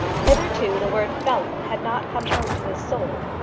hitherto the word felon had not come home to his soul.